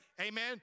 Amen